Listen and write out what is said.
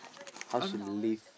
how she live